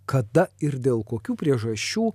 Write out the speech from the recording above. kada ir dėl kokių priežasčių